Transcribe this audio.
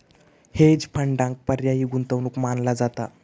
hedge फंडांक पर्यायी गुंतवणूक मानला जाता